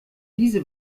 diese